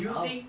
do you think